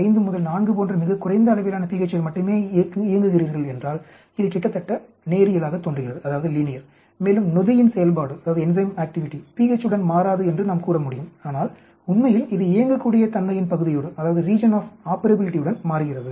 5 முதல் 4 போன்ற மிகக் குறைந்த அளவிலான pH இல் மட்டுமே இயங்குகிறீர்கள் என்றால் இது கிட்டத்தட்ட நேரியலாகத் தோன்றுகிறது மேலும் நொதியின் செயல்பாடு pH உடன் மாறாது என்று நாம் கூற முடியும் ஆனால் உண்மையில் இது இயங்கக்கூடிய தன்மையின் பகுதியோடு மாறுகிறது